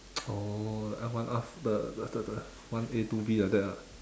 oh L one R the the the one A two B like that ah